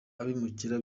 abimukira